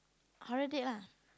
horror date lah